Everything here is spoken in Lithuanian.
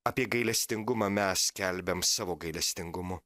apie gailestingumą mes skelbiam savo gailestingumu